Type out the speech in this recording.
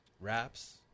wraps